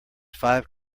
five